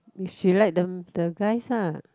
if she like them the guys lah